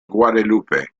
guadalupe